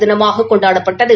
தினமாக கொண்டாடப்பட்டது